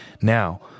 Now